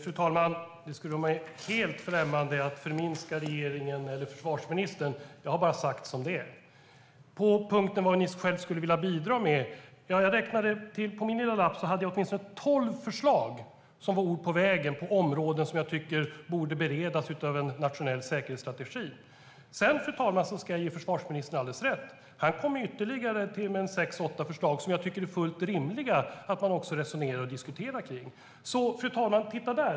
Fru talman! Det skulle vara mig helt främmande att förminska regeringen eller försvarsministern. Jag har bara sagt som det är. När det gäller punkten om vad ni själva skulle vilja bidra med hade jag på min lilla lapp åtminstone tolv förslag som var ord på vägen på områden, utöver en nationell säkerhetsstrategi, som jag tycker borde beredas. Fru talman! Jag ska ge försvarsministern alldeles rätt. Han kom med ytterligare sex åtta förslag som jag tycker är fullt rimliga att man också resonerar och diskuterar om. Fru talman! Titta där!